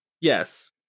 Yes